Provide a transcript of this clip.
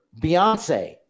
Beyonce